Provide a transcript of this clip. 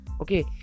okay